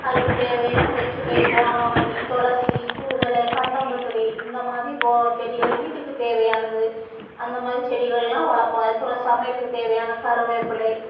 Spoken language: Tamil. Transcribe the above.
அதுக்குத் தேவையான வெற்றிலை ஓமவல்லி துளசி தூதுல கண்டங்கத்திரி இந்த மாதிரி போ செடிகள் வீட்டுக்குத் தேவையானது அந்த மாதிரி செடிகள்லாம் வளர்ப்போம் அப்புறம் சமையலுக்கு தேவையான கருவேப்பிலை